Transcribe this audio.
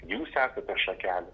jūs esate šakelės